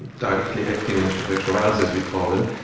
directly acting antiretrovirals, as we call them,